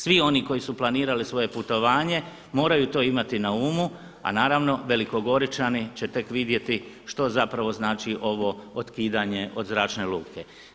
Svi oni koji su planirali svoj putovanje moraju to imati na umu a naravno velikogoričani će tek vidjeti što zapravo znači ovo otkidanje od zračne luke.